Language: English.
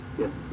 yes